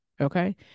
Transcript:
okay